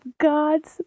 gods